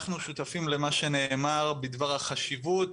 אנחנו שותפים למה שנאמר בדבר החשיבות,